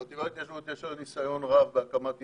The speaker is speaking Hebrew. החטיבה להתיישבות יש לה ניסיון רב בהקמת יישובים,